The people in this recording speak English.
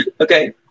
Okay